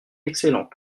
excellente